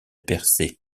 persée